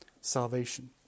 salvation